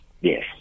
Yes